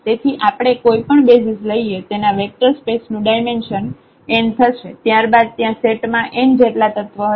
તેથી આપણે કોઈપણ બેસિઝ લઈએ તેના વેક્ટર સ્પેસ નું ડાયમેન્શન n થશે ત્યરબાદ ત્યાં સેટ માં n જેટલા તત્વ હશે